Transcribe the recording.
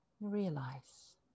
Realize